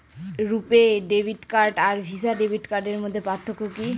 রূপে debit card আর Visa debit কার্ডের মধ্যে পার্থক্য কি?